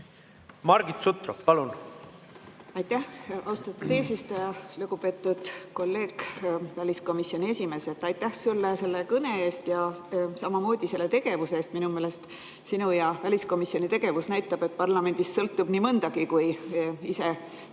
Margit Sutrop, palun! Aitäh, austatud eesistuja! Lugupeetud kolleeg, väliskomisjoni esimees, aitäh sulle selle kõne eest ja samamoodi sinu tegevuse eest! Minu meelest sinu ja kogu väliskomisjoni tegevus näitab, et parlamendist sõltub nii mõndagi, kui ise tegelikult